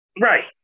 right